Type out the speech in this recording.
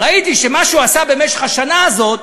ראיתי שמה שהוא עשה במשך השנה הזאת,